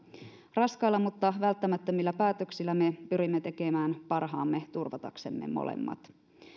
raskailla mutta välttämättömillä päätöksillä me pyrimme tekemään parhaamme turvataksemme molemmat